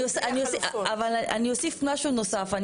אני אוסיף משהו נוסף.